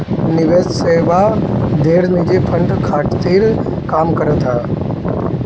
निवेश सेवा ढेर निजी फंड खातिर काम करत हअ